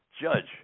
judge